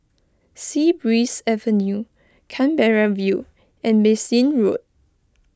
Sea Breeze Avenue Canberra View and Bassein Road